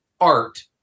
art